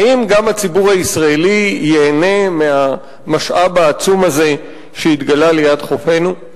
האם גם הציבור הישראלי ייהנה מהמשאב העצום הזה שהתגלה ליד חופינו?